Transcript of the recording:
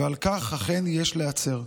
ועל כך אכן יש להצר.